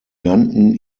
nannten